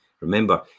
Remember